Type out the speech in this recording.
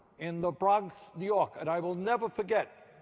in the bronx, new york. and i will never forget.